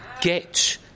get